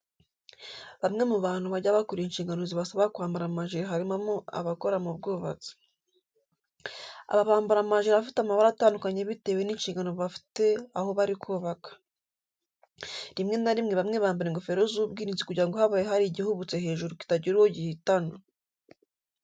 Bamwe mu bantu bajya bakora inshingano zibasaba kwambara amajiri habamo abakora mu bwubatsi. Aba bambara amajiri afite amabara atandukanye bitewe n'inshingano bafite aho bari kubaka. Rimwe na rimwe bamwe bambara ingofero z'ubwirinzi kugira ngo habaye hari igihubutse hejuru kitagira uwo gihitana.